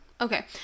okay